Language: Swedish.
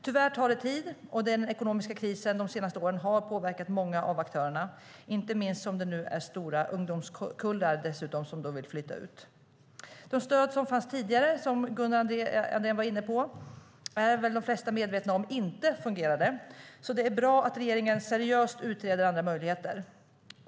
Tyvärr tar det tid, och den ekonomiska krisen under de senaste åren har påverkat många av aktörerna. Just nu är det dessutom stora ungdomskullar som vill flytta ut. De stöd som fanns tidigare, som Gunnar Andrén var inne på, fungerade inte som de flesta väl är medvetna om. Det är därför bra att regeringen seriöst utreder andra möjligheter.